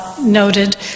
noted